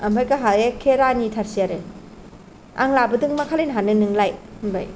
ओमफाय गावहा एकके रानि थारसै आरो आं लाबोदों मा खालायनो हानो नोंलाय होनबाय